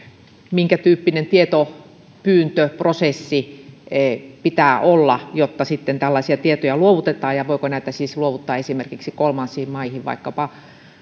minkä tyyppinen tietopyyntöprosessi pitää olla jotta sitten tällaisia tietoja luovutetaan ja voiko näitä siis luovuttaa esimerkiksi kolmansiin maihin vaikkapa